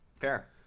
fair